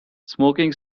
smoking